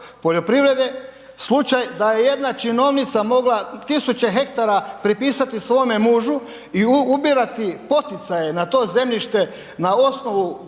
poljoprivrede slučaj da je jedna činovnica mogla tisuće hektara pripisati svome mužu i ubirati poticaje na to zemljište na osnovu gorskih